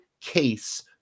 case